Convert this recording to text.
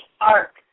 arc